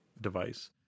device